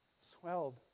swelled